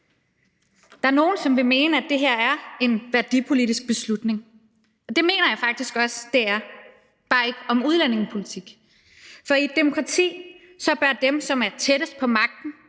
Der er nogle, som vil mene, at det her er en værdipolitisk beslutning, og det mener jeg faktisk også det er, bare ikke om udlændingepolitik. For i et demokrati bør dem, som er tættest på magten,